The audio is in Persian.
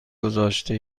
گذاشته